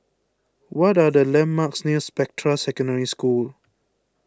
what are the landmarks near Spectra Secondary School